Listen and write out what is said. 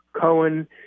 Cohen